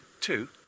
Two